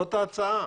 זו ההצעה.